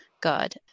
God